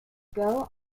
gough